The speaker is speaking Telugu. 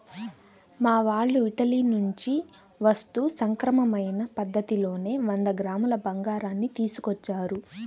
మా వాళ్ళు ఇటలీ నుంచి వస్తూ సక్రమమైన పద్ధతిలోనే వంద గ్రాముల బంగారాన్ని తీసుకొచ్చారు